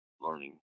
learning